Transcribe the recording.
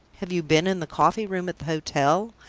have you been in the coffee-room at the hotel?